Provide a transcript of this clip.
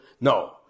no